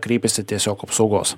kreipėsi tiesiog apsaugos